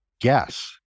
guess